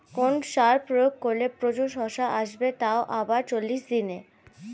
কোন সার প্রয়োগ করলে প্রচুর শশা আসবে তাও আবার চল্লিশ দিনে?